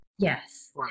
Yes